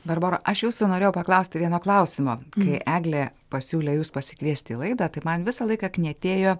barbora aš jūsų norėjau paklausti vieno klausimo kai eglė pasiūlė jus pasikviesti į laidą tai man visą laiką knietėjo